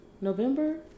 november